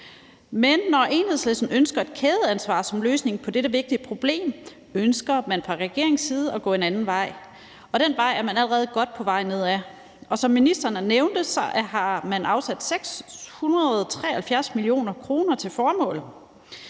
Men mens Enhedslisten ønsker et kædeansvar som løsning på dette vigtige problem, ønsker man fra regeringens side at gå en anden vej, og den vej er man allerede godt på vej ned ad. Som ministeren nævnte, har man afsat 673 mio. kr. til formålet.